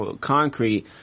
concrete